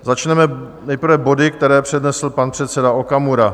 Začneme nejprve body, které přednesl pan předseda Okamura.